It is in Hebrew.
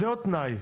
זה לא תנאי.